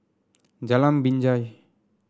Jalan Binjai